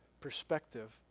perspective